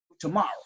tomorrow